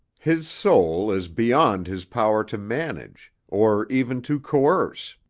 his soul is beyond his power to manage, or even to coerce,